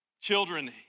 children